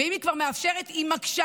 ואם היא כבר מאפשרת, היא מקשה,